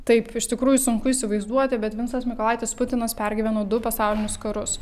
taip iš tikrųjų sunku įsivaizduoti bet vincas mykolaitis putinas pergyveno du pasaulinius karus